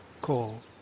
call